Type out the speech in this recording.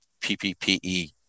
PPPE